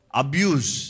abuse